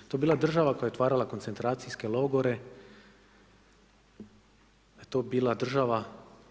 Da je to bila država koja je otvarala koncentracijske logore, da je to bila država